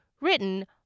written